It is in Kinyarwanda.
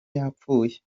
yapfuye